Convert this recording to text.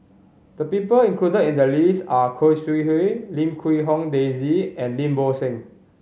the people included in the list are Khoo Sui Hoe Lim Quee Hong Daisy and Lim Bo Seng